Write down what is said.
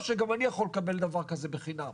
או שגם אני יכול לקבל דבר כזה בחינם,